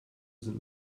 sind